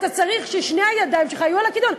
צריך ששתי הידיים שלך יהיו על הכידון.